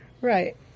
Right